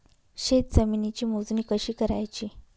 शेत जमिनीची मोजणी कशी करायची?